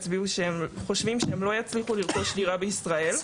הצביעו שהם חושבים שהם לא יצליחו לרכוש דירה בישראל,